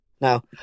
Now